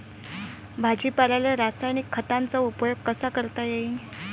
भाजीपाल्याले रासायनिक खतांचा उपयोग कसा करता येईन?